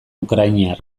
ukrainar